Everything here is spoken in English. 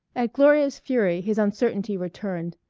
at gloria's fury his uncertainty returned,